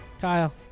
Kyle